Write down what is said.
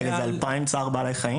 כתבי אישום